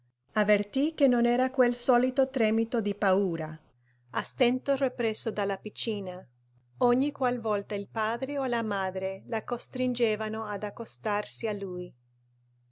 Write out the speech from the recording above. avvertì che non era quel solito tremito di paura a stento represso dalla piccina ogni qual volta il padre o la madre la costringevano ad accostarsi a lui